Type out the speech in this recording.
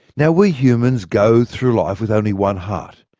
now we humans go through life with only one heart,